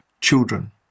children